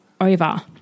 over